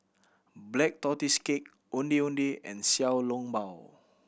Black Tortoise Cake Ondeh Ondeh and Xiao Long Bao